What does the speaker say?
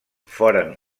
foren